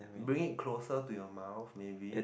make it closer to your mouth maybe